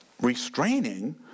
Restraining